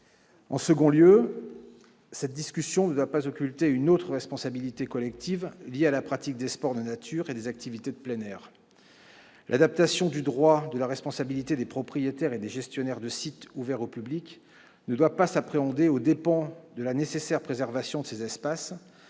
En second lieu, cette discussion ne doit pas occulter une autre responsabilité collective liée à la pratique des sports de nature et des activités de plein air. L'adaptation du droit de la responsabilité des propriétaires et des gestionnaires de sites ouverts au public ne doit pas s'appréhender aux dépens de la nécessaire préservation de ces espaces,